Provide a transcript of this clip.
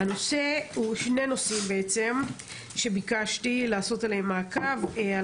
שני הנושאים שביקשתי לעשות עליהם מעקב הם